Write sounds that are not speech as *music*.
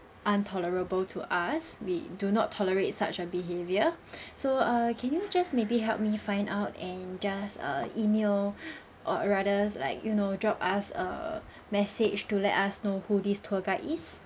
untolerable to us we do not tolerate such a behavior *breath* so err can you just maybe help me find out and just err E-mail *breath* or rather like you know drop us a message to let us know who this tour guide is